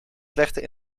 slechte